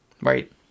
Right